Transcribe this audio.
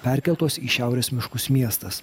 perkeltos į šiaurės miškus miestas